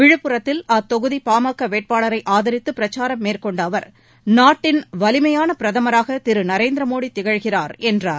விழுப்புரத்தில் அத்தொகுதி பா ம க வேட்பாளரை ஆதரித்து பிரச்சாரம் மேற்கொண்ட அவர் நாட்டின் வலிமையான பிரதமராக திரு நரேந்திர மோடி திகழ்கிறார் என்றார்